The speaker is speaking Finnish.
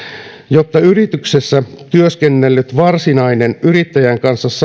jotta yrityksessä työskennellyt varsinainen yrittäjän kanssa saman talouden jakanut perheenjäsen